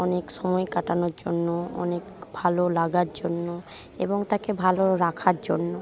অনেক সময় কাটানোর জন্য অনেক ভালো লাগার জন্য এবং তাকে ভালো রাখার জন্য